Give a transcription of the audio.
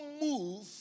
move